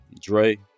Dre